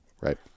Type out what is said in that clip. right